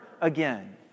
again